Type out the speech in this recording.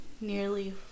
nearly